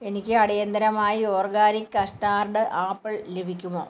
എനിക്ക് അടിയന്തിരമായി organic custard apple ലഭിക്കുമോ